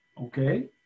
okay